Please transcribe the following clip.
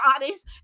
bodies